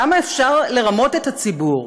כמה אפשר לרמות את הציבור?